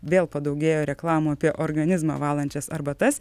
vėl padaugėjo reklamų apie organizmą valančias arbatas